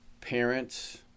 parents